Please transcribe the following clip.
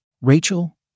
Rachel